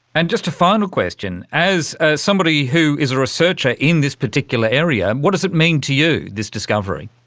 and just a final question, as ah somebody who is a researcher in this particular area, what does it mean to you, this discovery?